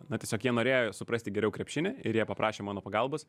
na tiesiog jie norėjo suprasti geriau krepšinį ir jie paprašė mano pagalbos